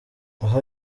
aho